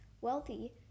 wealthy